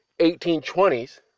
1820s